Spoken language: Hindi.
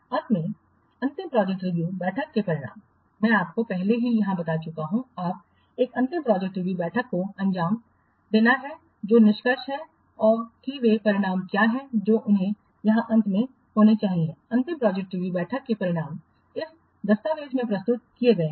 अंत में अंतिम प्रोजेक्ट रिव्यू बैठक के परिणाम मैं आपको पहले ही यहां बता चुका हूं आप एक अंतिम प्रोजेक्ट रिव्यू बैठक को अंजाम देना है जो निष्कर्ष हैं कि वे परिणाम क्या हैं जो उन्हें यहां अंत में होना चाहिए अंतिम प्रोजेक्ट रिव्यू बैठक के परिणाम इस दस्तावेज में प्रस्तुत किए गए हैं